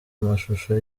amashusho